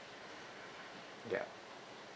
ya